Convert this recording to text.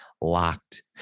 locked